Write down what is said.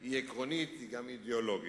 הוא עקרוני וגם אידיאולוגי.